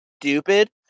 stupid